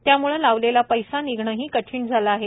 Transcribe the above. त्याम्ळं लावलेला पैसा निघणेही कठीण झाले आहेत